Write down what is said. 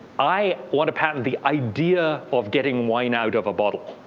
i want to patent the idea of getting wine out of a bottle.